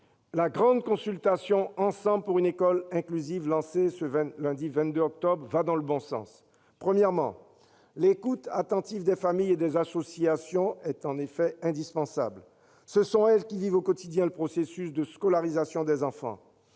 la grande consultation, lancée ce lundi 22 octobre, va dans le bon sens. Premièrement, l'écoute attentive des familles et des associations est en effet indispensable. Ce sont elles qui vivent au quotidien le processus de scolarisation des enfants.